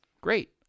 great